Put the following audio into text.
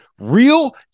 real